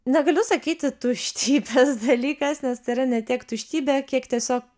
negaliu sakyti tuštybės dalykas nes tai yra ne tiek tuštybė kiek tiesiog